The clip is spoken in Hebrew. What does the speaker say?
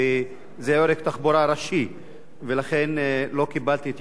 ולא קיבלתי התייחסות לעניין הזה.